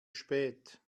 spät